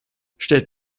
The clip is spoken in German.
stellt